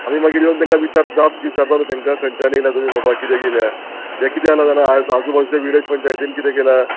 आमी मागीर येवन तेंकां विचार जाप विचारता तेंका खंयच्यान येयला तुमी बाबा कित्याक येल्या हें कितें आसा जाणा आयज आजूबाज्या विलेज पंचायतीन कितें केल्या